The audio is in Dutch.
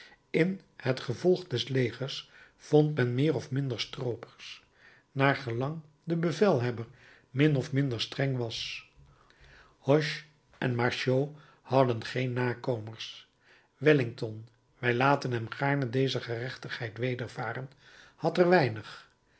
in het gevolg des legers vond men meer of minder stroopers naar gelang de bevelhebber min of meer streng was hoche en marcheau hadden geen nakomers wellington wij laten hem gaarne deze gerechtigheid wedervaren had er weinig